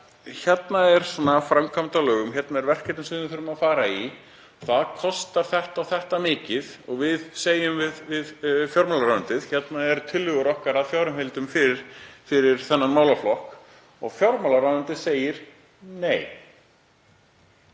Hérna er framkvæmd að lögum. Hérna er verkefni sem við þurfum að fara í. Það kostar þetta og þetta mikið. Og við segjum við fjármálaráðuneytið: Hérna eru tillögur okkar að fjárheimildum fyrir þennan málaflokk. Og fjármálaráðuneytið segir: Nei.